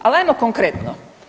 Al ajmo konkretno.